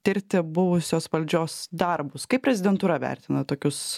tirti buvusios valdžios darbus kaip prezidentūra vertina tokius